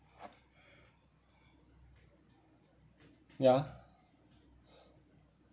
ya